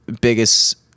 biggest